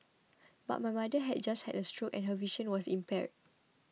but my mother had just had a stroke and her vision was impaired